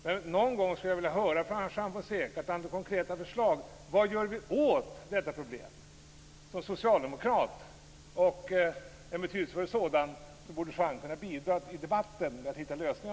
Men någon gång skulle jag från Juan Fonseca vilja få konkreta förslag om vad vi skall göra åt detta problem. Som en betydelsefull socialdemokrat borde Juan Fonseca i debatten bidra till att det också går att hitta lösningar.